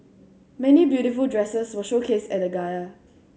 many beautiful dresses were showcased at the gala